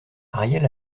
ariel